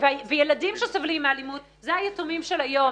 וילדים שסובלים מאלימות הם היתומים של היום.